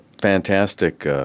fantastic